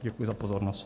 Děkuji za pozornost.